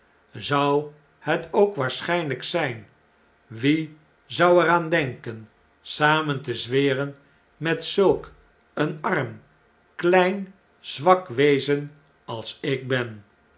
zou het ook waarschijnlp zp wie zou er aan denken samen te zweren met zulk een arm klein zwak wezen als ik ben